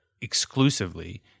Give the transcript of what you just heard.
exclusively